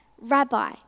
Rabbi